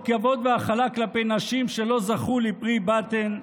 כבוד והכלה כלפי נשים שלא זכו לפרי בטן.